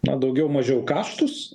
na daugiau mažiau kaštus